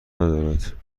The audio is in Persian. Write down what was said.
ندارد